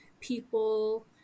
people